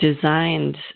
designed